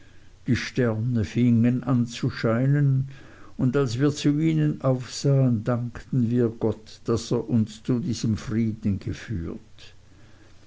die sterne fingen an zu scheinen und als wir zu ihnen aufsahen dankten wir gott daß er uns zu diesem frieden geführt